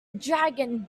dragon